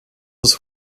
his